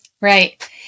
Right